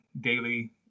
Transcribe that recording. daily